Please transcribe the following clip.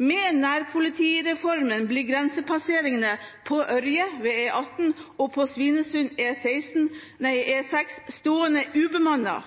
Med nærpolitireformen blir grensepasseringene på Ørje, ved E18, og på Svinesund, E6, stående